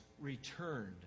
returned